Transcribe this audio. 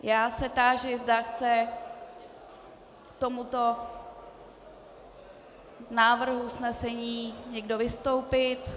Já se táži, zda chce k tomuto návrhu usnesení někdo vystoupit